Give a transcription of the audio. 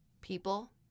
people